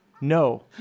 No